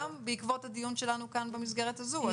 גם בעקבות הדיון שלנו כאן במסגרת הזו.